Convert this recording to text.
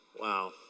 Wow